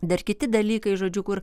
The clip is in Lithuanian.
dar kiti dalykai žodžiu kur